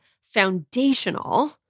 foundational